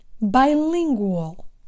bilingual